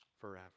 forever